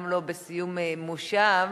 גם לא בסיום מושב,